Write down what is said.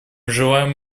желаем